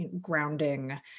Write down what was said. grounding